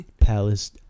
Palace